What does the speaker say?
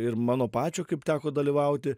ir mano pačio kaip teko dalyvauti